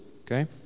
Okay